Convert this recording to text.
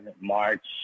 March